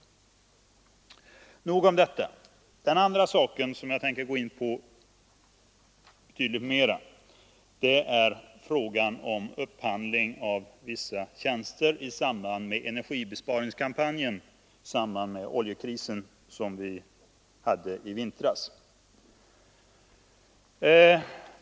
Nog om detta. Den andra frågan, som jag tänker gå in på betydligt mer, är upphandlingen av vissa tjänster i samband med energibesparingskampanjen i höstas och i vintras.